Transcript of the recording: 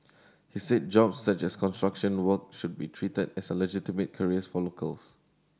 he said job such as construction work should be treated as a legitimate careers for locals